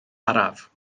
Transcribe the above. araf